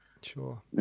Sure